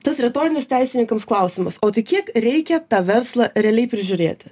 tas retorinis teisininkams klausimas o tai kiek reikia tą verslą realiai prižiūrėti